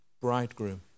bridegroom